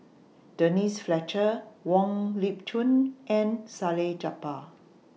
Denise Fletcher Wong Lip Chin and Salleh Japar